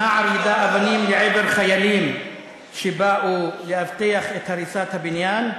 הנער יידה אבנים לעבר חיילים שבאו לאבטח את הריסת הבניין.